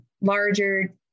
larger